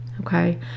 okay